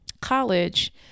college